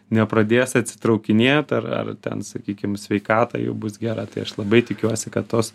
nepradės atitraukinėt ar ar ten sakykim sveikata jų bus gera tai aš labai tikiuosi kad tos